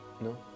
No